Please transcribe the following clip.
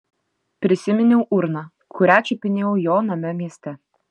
prisiminiau urną kurią čiupinėjau jo name mieste